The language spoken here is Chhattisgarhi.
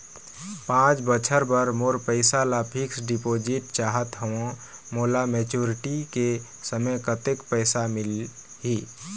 पांच बछर बर मोर पैसा ला फिक्स डिपोजिट चाहत हंव, मोला मैच्योरिटी के समय कतेक पैसा मिल ही?